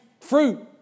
fruit